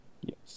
Yes